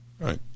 Right